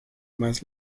más